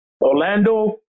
Orlando